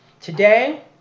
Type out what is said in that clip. today